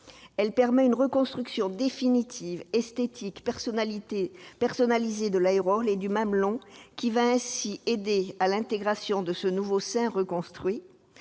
Elle permet une reconstruction définitive, esthétique et personnalisée de l'aréole et du mamelon, qui va ainsi aider à l'intégration de ce nouveau sein reconstruit.